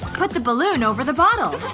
put the balloon over the bottle.